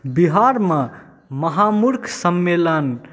बिहारमे महामूर्ख सम्मेलन